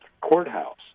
courthouse